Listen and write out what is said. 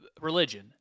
religion